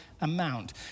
amount